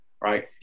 right